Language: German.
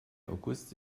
august